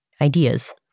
ideas